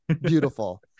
beautiful